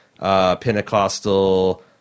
Pentecostal